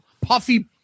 puffy